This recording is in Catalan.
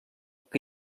que